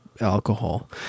alcohol